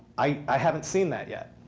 i haven't seen that yet.